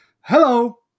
Hello